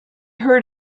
heard